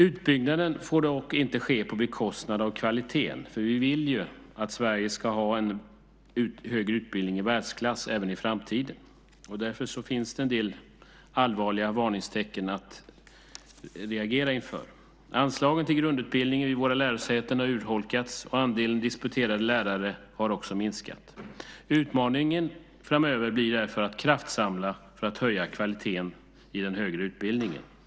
Utbyggnaden får dock inte ske på bekostnad av kvaliteten, för vi vill ju att Sverige ska ha en högre utbildning i världsklass även i framtiden. Därför finns det en del allvarliga varningstecken att reagera inför. Anslagen till grundutbildning vid våra lärosäten har urholkats, och andelen disputerade lärare har minskat. Utmaningen framöver blir därför att kraftsamla för att höja kvaliteten i den högre utbildningen.